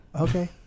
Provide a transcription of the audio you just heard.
Okay